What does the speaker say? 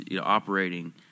operating